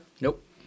Nope